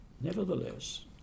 Nevertheless